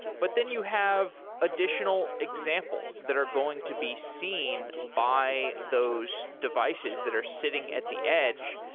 but then you have additional examples that are going to be seen by those devices that are sitting at the edge.